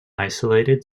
isolated